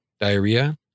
diarrhea